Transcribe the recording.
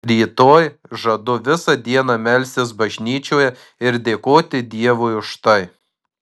rytoj žadu visą dieną melstis bažnyčioje ir dėkoti dievui už tai